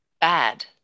bad